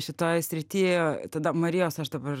šitoj srity tada marijos aš dabar